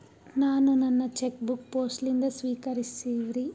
ನಾನು ನನ್ನ cheque book post ಲಿಂದ ಸ್ವೀಕರಿಸಿವ್ರಿ